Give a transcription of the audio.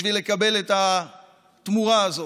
בשביל לקבל את התמורה הזאת.